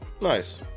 Nice